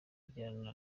agirana